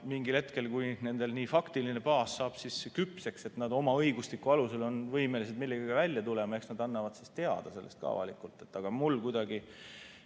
mingil hetkel, kui nende faktiline baas saab küpseks, et nad oma õiguslikel alustel on võimelised millegagi välja tulema, eks nad annavad siis sellest teada ka avalikult. Aga mul kuidagi